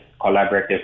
collaborative